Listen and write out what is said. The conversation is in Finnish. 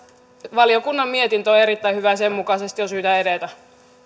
valiokunnan mietintö on erittäin hyvä ja sen mukaisesti on syytä edetä